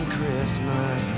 Christmas